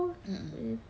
mmhmm